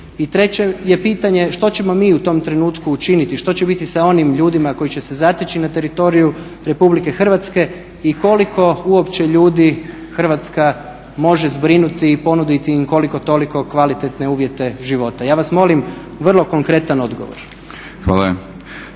treće je pitanje što ćemo mi u tom trenutku učiniti? Što će biti sa onim ljudima koji će se zateći na teritoriju RH i koliko uopće ljudi Hrvatska može zbrinuti i ponuditi im koliko toliko kvalitetne uvjete života. Ja vas molim vrlo konkretan odgovor.